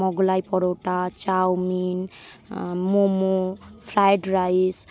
Mughlai paratha chow mein momo fried rice